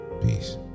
Peace